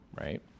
right